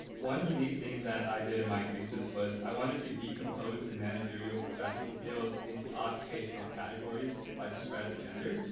one unique thing that i did in my thesis was i wanted to decompose the managerial professional field into occupational categories by the spread of gender.